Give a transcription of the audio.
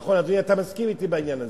נכון, אדוני, אתה מסכים אתי בעניין הזה.